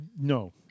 No